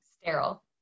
sterile